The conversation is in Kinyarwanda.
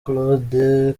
claude